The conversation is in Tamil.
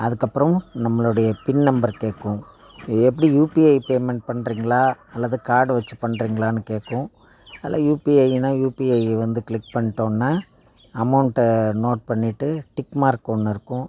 அதுக்கப்புறம் நம்மளுடைய பின் நம்பர் கேட்கும் எப்படி யூபிஐ பேமெண்ட் பண்ணுறீங்களா அல்லது கார்டு வச்சி பண்ணுறீங்களான்னு கேட்கும் அதில் யூபிஐயினா யூபிஐயை வந்து க்ளிக் பண்ணிட்டோன்னா அமௌண்ட்டை நோட் பண்ணிவிட்டு டிக் மார்க் ஒன்று இருக்கும்